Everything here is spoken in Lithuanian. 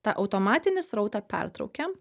tą automatinį srautą pertraukiam